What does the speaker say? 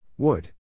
Wood